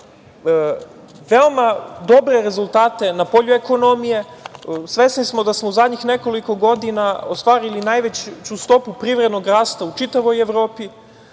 veoma dobre rezultate na polju ekonomije. Svesni smo da smo u zadnjih nekoliko godina ostvarili najveću stopu privrednog rasta u čitavoj Evropi.